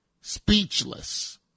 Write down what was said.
speechless